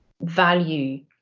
value